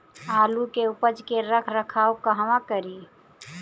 आलू के उपज के रख रखाव कहवा करी?